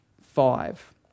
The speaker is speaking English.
five